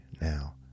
now